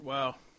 Wow